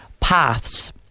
Paths